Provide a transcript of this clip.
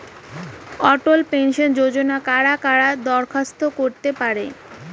অটল pension যোজনায় কারা কারা দরখাস্ত করতে পারে?